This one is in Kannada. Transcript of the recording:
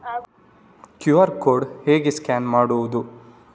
ಕ್ಯೂ.ಆರ್ ಕೋಡ್ ಹೇಗೆ ಸ್ಕ್ಯಾನ್ ಮಾಡುವುದು?